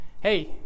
hey